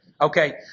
Okay